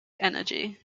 energy